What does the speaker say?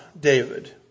David